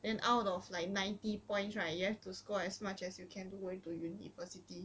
and out of like ninety points right you have to score as much as you can to go into to university